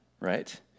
right